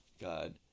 god